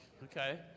Okay